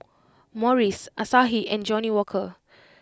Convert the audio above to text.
Morries Asahi and Johnnie Walker